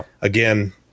again